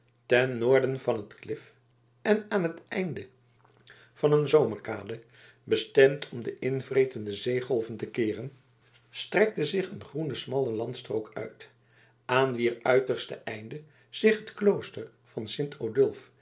ten noorden van het klif en aan het einde van een zomerkade bestemd om de invretende zeegolven te keeren strekte zich een groene smalle landstrook uit aan wier uiterste einde zich het klooster van